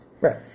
Right